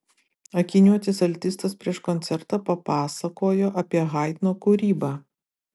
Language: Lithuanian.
akiniuotis altistas prieš koncertą papasakojo apie haidno kūrybą